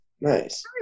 Nice